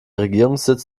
regierungssitz